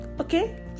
okay